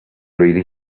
really